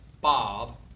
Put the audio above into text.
Bob